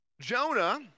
Jonah